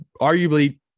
arguably